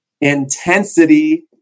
intensity